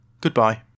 Goodbye